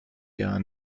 jahr